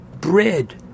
bread